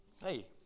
hey